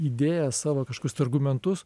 idėjas savo kažkokius tai argumentus